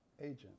agent